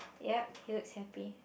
yup he looks happy